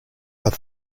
are